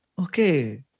Okay